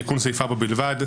תיקון סעיף 4 בלבד,